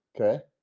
Okay